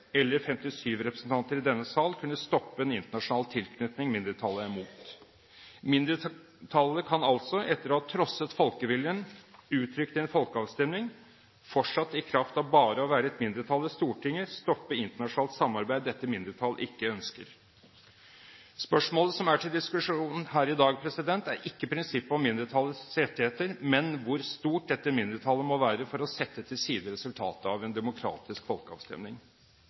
eller 57 representanter i denne salen, kunne stoppe en internasjonal tilknytning mindretallet er imot. Mindretallet kan altså, etter å ha trosset folkeviljen uttrykt i en folkeavstemning, fortsatt i kraft av bare å være et mindretall i Stortinget stoppe internasjonalt samarbeid dette mindretallet ikke ønsker. Spørsmålet som er til diskusjon her i dag, er ikke prinsippet om mindretallets rettigheter, men hvor stort dette mindretallet må være for å sette til side resultatet av en demokratisk folkeavstemning.